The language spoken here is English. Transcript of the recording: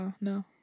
no